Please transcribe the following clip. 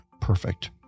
Perfect